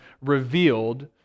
revealed